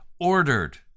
ordered